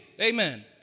amen